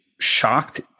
shocked